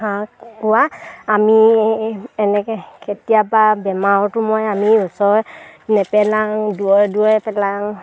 হাঁহ কুকুৰা আমি এনেকে কেতিয়াবা বেমাৰটো মই আমি ওচৰ নেপেলাং দূৰে দূৰে পেলাং